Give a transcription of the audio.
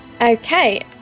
okay